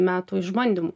metų išbandymų